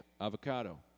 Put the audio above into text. Avocado